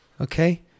okay